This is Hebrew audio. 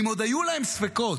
אם עוד היו להם ספקות,